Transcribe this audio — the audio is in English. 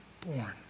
born